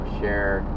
share